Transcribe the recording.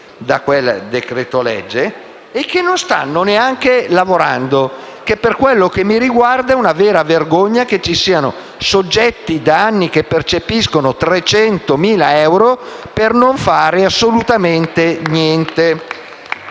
da quel decreto-legge e che non stanno neanche lavorando. Per quanto mi riguarda, è una vera vergogna che vi siano soggetti che da anni percepiscono 300.000 euro per non fare assolutamente niente*.